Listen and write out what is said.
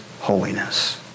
holiness